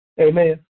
Amen